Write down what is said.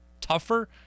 tougher